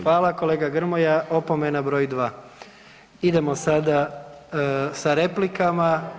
Hvala kolega Grmoja, opomena broj 2. Idemo sada sa replikama.